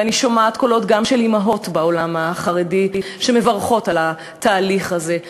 ואני שומעת גם קולות של אימהות בעולם החרדי שמברכות על התהליך הזה.